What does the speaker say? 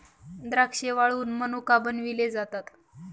द्राक्षे वाळवुन मनुका बनविले जातात